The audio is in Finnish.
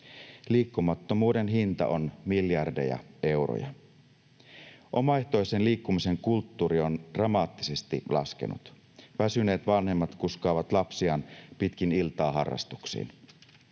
Liikkumattomuuden hinta on miljardeja euroja. Omaehtoisen liikkumisen kulttuuri on dramaattisesti laskenut. Väsyneet vanhemmat kuskaavat lapsiaan pitkin iltaa harrastuksiin.